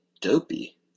Dopey